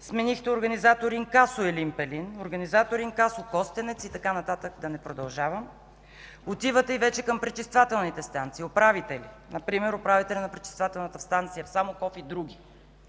Сменихте организатор инкасо Елин Пелин, организатор инкасо Костенец и така нататък, да не продължавам. Отивате вече и към пречиствателните станции – управители, например управителя на пречиствателната станция в Самоков и други.